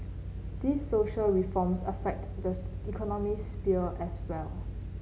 these social reforms affect the economic sphere as well